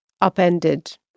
upended